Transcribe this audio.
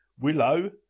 Willow